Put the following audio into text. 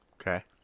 Okay